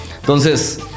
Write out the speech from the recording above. Entonces